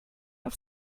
auf